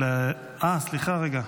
אה, סליחה רגע.